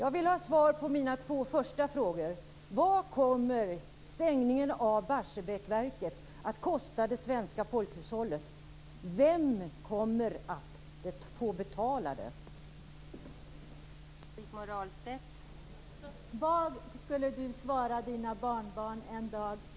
Fru talman! Vad skulle Karin Falkmer svara sina barnbarn en dag?